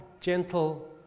gentle